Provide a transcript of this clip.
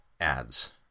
ads